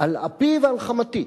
על אפי ועל חמתי,